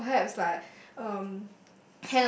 so perhaps like um